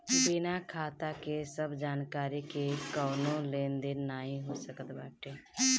बिना खाता के सब जानकरी के कवनो लेन देन नाइ हो सकत बाटे